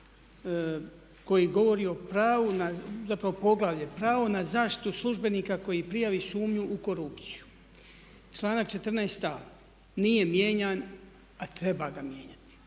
koji govori o pravu na zaštitu službenika koji prijavi sumnju u korupciju. Članak 14.a nije mijenjan a treba ga mijenjati.